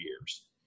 years